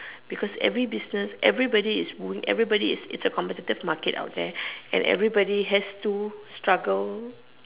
because every business everybody is wooing everybody it's it's a competitive market out there okay and everybody has to struggle